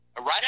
right